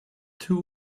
two